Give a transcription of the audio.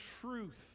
truth